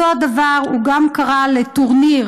אותו הדבר, הוא גם קרא לטורניר